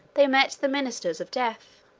they met the ministers of death.